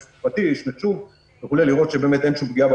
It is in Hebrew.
תכף אני אנסה למצוא גם את